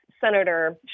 senator